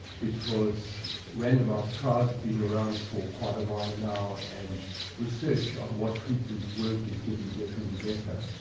because randomised trials have been around for quite a while now, and research on what treatments work is getting better and better.